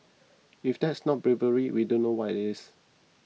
if that's not bravery we don't know what is